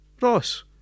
ross